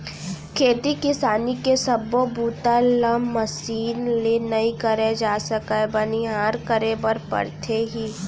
खेती किसानी के सब्बो बूता ल मसीन ले नइ करे जा सके बनिहार करे बर परथे ही